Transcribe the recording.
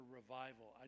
revival